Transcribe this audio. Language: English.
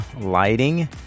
lighting